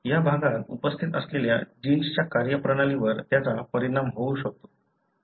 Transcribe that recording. या भागात उपस्थित असलेल्या जिन्सच्या कार्यप्रणालीवर त्याचा परिणाम होऊ शकतो